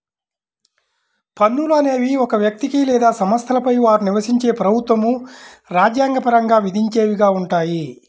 పన్నులు అనేవి ఒక వ్యక్తికి లేదా సంస్థలపై వారు నివసించే ప్రభుత్వం రాజ్యాంగ పరంగా విధించేవిగా ఉంటాయి